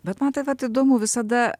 bet man tai vat įdomu visada